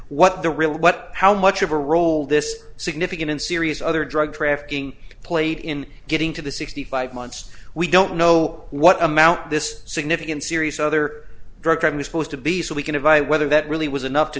what the real what how much of a role this significant and serious other drug trafficking played in getting to the sixty five months we don't know what amount this significant serious other drug company supposed to be so we can invite whether that really was enough to